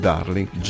Darling